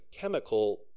chemical